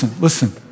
listen